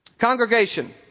Congregation